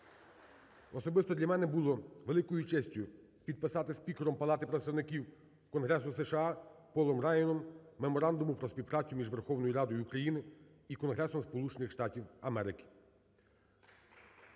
особисто для мене було великою честю підписати зі Спікером Палати представників Конгресу США Полом Раяном меморандуму про співпрацю між Верховною Радою України і Конгресом